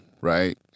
right